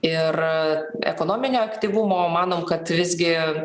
ir ekonominio aktyvumo manom kad visgi